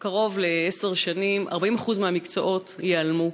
שבעוד קרוב לעשר שנים 40% מהמקצועות ייעלמו,